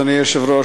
אדוני היושב-ראש,